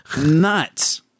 nuts